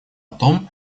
том